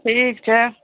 ठीक छै